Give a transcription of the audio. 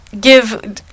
give